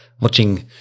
watching